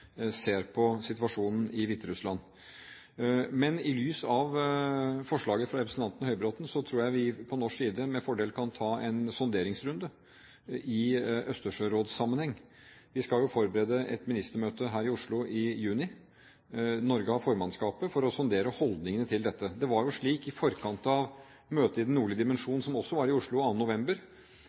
på situasjonen i Hviterussland. Men i lys av forslaget fra representanten Høybråten tror jeg vi på norsk side med fordel kan ta en sonderingsrunde i østersjørådsammenheng for å sondere holdningene til dette. Vi skal forberede et ministermøte her i Oslo i juni – Norge har formannskapet. Det var slik i forkant av møtet i Den nordlige dimensjon som også var i Oslo, 2. november,